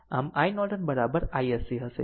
આમ iNorton isc હશે